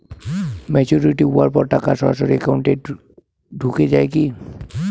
Maturity হওয়ার পর টাকা সরাসরি একাউন্ট এ ঢুকে য়ায় কি?